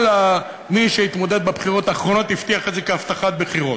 כל מי שהתמודד בבחירות האחרונות הבטיח את זה כהבטחת בחירות,